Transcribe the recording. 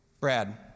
Brad